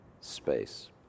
space